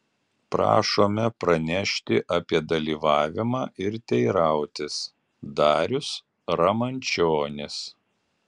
prašome pranešti apie dalyvavimą ir teirautis darius ramančionis